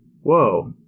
whoa